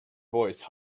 voice